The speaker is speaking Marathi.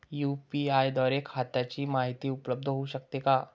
यू.पी.आय द्वारे खात्याची माहिती उपलब्ध होऊ शकते का?